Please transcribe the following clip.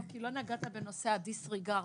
לא נגעת בנושא הדיס ריגרד.